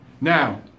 Now